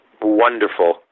wonderful